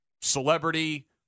celebrity